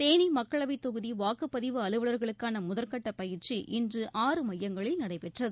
தேனி மக்களவைத் தொகுதி வாக்குப்பதிவு அலுவவர்களுக்கான முதற்கட்ட பயிற்சி இன்று ஆறு மையங்களில் நடைபெற்றது